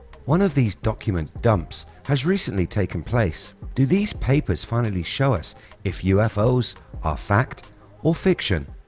one of these document dumps has recently taken place do these papers finally show us if ufos are fact or fiction?